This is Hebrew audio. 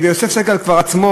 ויוסף סגל עצמו,